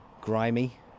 grimy